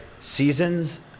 Seasons